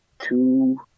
two